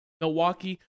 Milwaukee